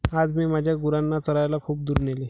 आज मी माझ्या गुरांना चरायला खूप दूर नेले